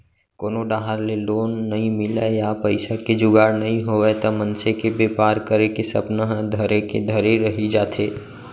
कोनो डाहर ले लोन नइ मिलय या पइसा के जुगाड़ नइ होवय त मनसे के बेपार करे के सपना ह धरे के धरे रही जाथे